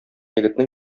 егетнең